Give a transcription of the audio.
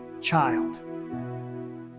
child